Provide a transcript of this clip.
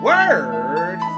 Word